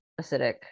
acidic